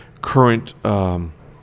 current